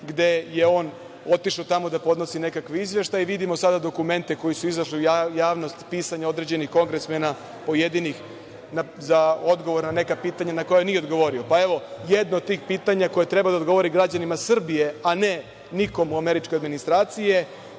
gde je on otišao tamo da podnosi nekakve izveštaje i vidimo sada dokumente koji su izašle u javnost, pisanje određenih kongresmena, pojedinih, za odgovor na neka pitanja na koja nije odgovorio. Evo, jedno od tih pitanja koje treba da odgovori građanima Srbije, a ne nikom u američkoj administraciji,